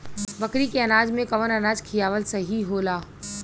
बकरी के अनाज में कवन अनाज खियावल सही होला?